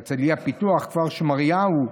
הרצליה פיתוח וכפר שמריהו,